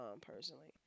personally